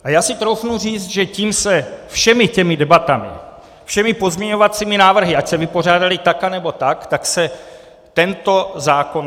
A já si troufnu říct, že tím se, všemi těmi debatami, všemi pozměňovacími návrhy, ať se vypořádaly tak anebo tak, tak se tento zákon zlepšoval.